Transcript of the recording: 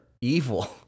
Evil